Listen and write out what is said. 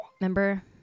Remember